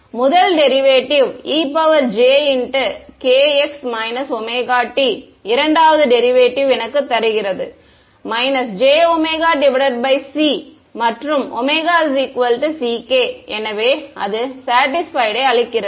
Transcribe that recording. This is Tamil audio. முதல் டெரிவேட்டிவ் jk மற்றும் இரண்டாவது டெரிவேட்டிவ் எனக்கு 𝑗𝜔⁄𝑐 தருகிறது மற்றும் 𝜔𝚌𝚔 எனவே அது சேடிஸ்பைட் அளிக்கிறது